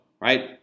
right